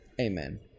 Amen